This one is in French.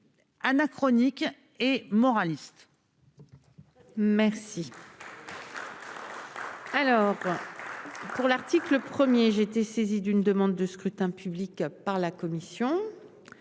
anachronique et moraliste, merci. Sur l'article 1er j'ai été saisi d'une demande de scrutin public par la Commission,